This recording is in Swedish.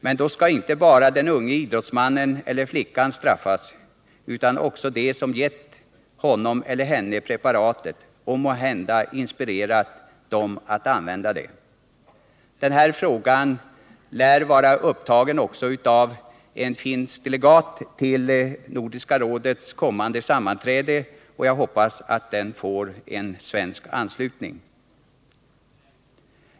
Men då skall inte bara den unge idrottsmannen eller flickan straffas utan också de som gett honom eller henne preparatet och måhända inspirerat dem att använda det. Den här frågan lär vara anhängiggjord av en finsk delegat till Nordiska rådets kommande sammanträde, och jag hoppas att man från svenskt håll skall ansluta sig till denna uppfattning.